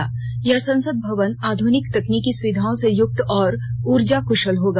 नया संसद भवन आध्निक तकनीकी सुविधाओं से युक्त और ऊर्जा क्शल होगा